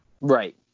Right